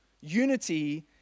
Unity